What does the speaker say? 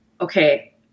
Okay